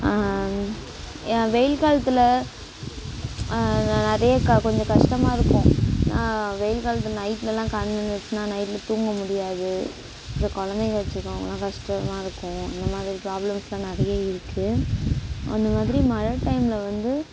ஏ வெயில் காலத்தில் நிறைய க கொஞ்சம் கஷ்டமாக இருக்கும் வெயில் காலத்தில் நைட்டுலலாம் கரண்ட் நின்னுச்சுனால் நைட்டில் தூங்க முடியாது இந்த குழந்தைங்கள் வச்சிருக்கவங்கலாம் கஷ்டமாக இருக்கும் இந்த மாதிரி ப்ராப்ளம்ஸ்லாம் நிறைய இருக்கு அந்த மாதிரி மழை டைமில் வந்து